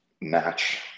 match